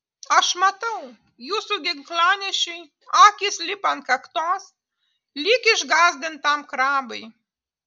aš matau jūsų ginklanešiui akys lipa ant kaktos lyg išgąsdintam krabui